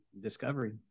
Discovery